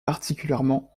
particulièrement